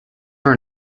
are